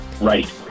Right